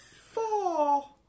four